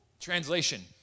Translation